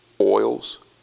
oils